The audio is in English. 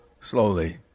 slowly